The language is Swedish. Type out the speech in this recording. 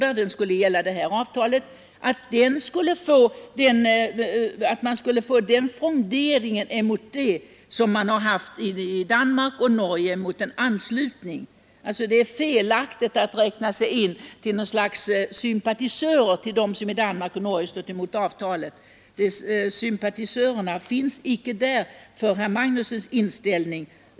Men det är väl inte så att herr Magnusson inbillar sig att man då skulle få en sådan frondering mot vårt handelsavtal som man har haft i Danmark och Norge mot en anslutning? Det är felaktigt att som sina sympatisörer räkna dem som i Danmark och Norge var emot en anslutning. Sympatisörerna finns icke för herr Magnussons inställning.